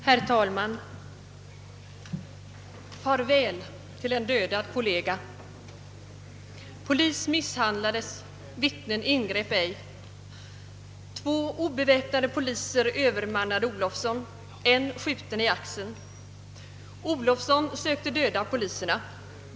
Herr talman! »Farväl till en dödad kollega», »Polis misshandlades. Vittnen ingrep ej», »Två obeväpnade poliser övermannade Olofsson. En skjuten i axeln.», »Olofsson sökte döda poliserna.